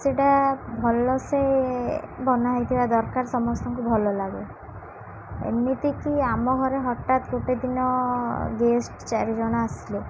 ସେଇଟା ଭଲସେ ବନା ହେଇଥିବା ଦରକାର ସମସ୍ତଙ୍କୁ ଭଲଲାଗେ ଏମିତିକି ଆମ ଘରେ ହଠାତ ଗୋଟେ ଦିନ ଗେଷ୍ଟ ଚାରିଜଣ ଆସିଲେ